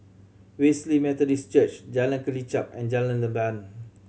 Wesley Methodist Church Jalan Kelichap and Jalan Leban